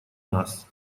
нас